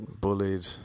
bullied